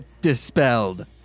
dispelled